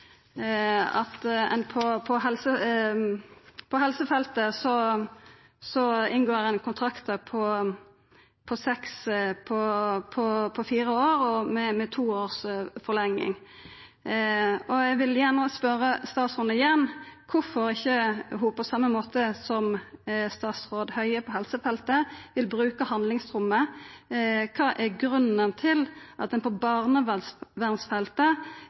at ein på helsefeltet inngår kontraktar på fire år, med to års forlenging. Eg vil gjerne spørja statsråden igjen: Kvifor kan ho ikkje, på same måten som statsråd Høie gjer det på helsefeltet, bruka handlingsrommet? Kva er grunnen til at ein på